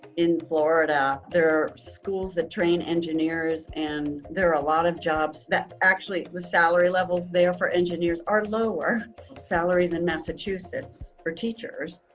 in florida, there are schools that train engineers and there are a lot of jobs that actually the salary levels there for engineers are lower salaries in massachusetts for teachers,